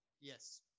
Yes